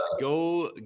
Go